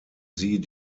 sie